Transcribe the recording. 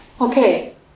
Okay